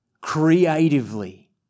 creatively